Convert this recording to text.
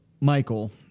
Michael